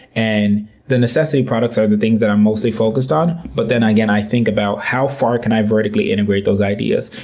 and the necessity products are the things that i'm mostly focused on. but then again, i think about how far can i vertically integrate those ideas.